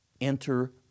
enter